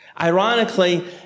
Ironically